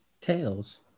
Tails